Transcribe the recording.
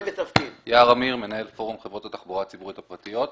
אני מנהל פורום חברות התחבורה הציבורית הפרטיות.